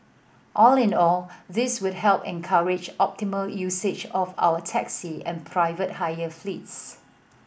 all in all this would help encourage optimal usage of our taxi and private hire fleets